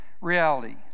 reality